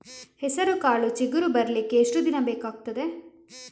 ಹೆಸರುಕಾಳು ಚಿಗುರು ಬರ್ಲಿಕ್ಕೆ ಎಷ್ಟು ದಿನ ಬೇಕಗ್ತಾದೆ?